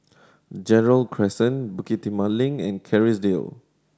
Gerald Crescent Bukit Timah Link and Kerrisdale